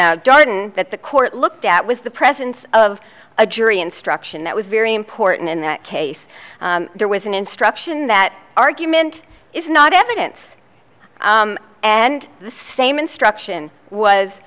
jordan that the court looked at was the presence of a jury instruction that was very important in that case there was an instruction that argument is not evidence and the same instruction was